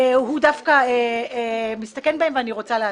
אני רוצה להסביר: